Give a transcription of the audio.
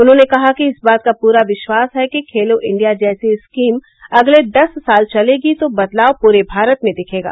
उन्होंने कहा कि इस बात का पूरा विश्वास है कि खेलो इंडिया जैसी स्कीम अगले दस साल चलेगी तो बदलाव पूरे भारत में दिखेगा